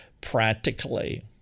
practically